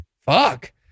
Fuck